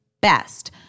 best